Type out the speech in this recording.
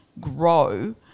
grow